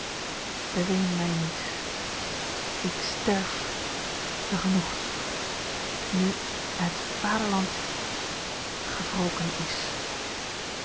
maar beween mij niet ik sterf vergenoegd nu het vaderland gewroken is